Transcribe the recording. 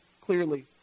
clearly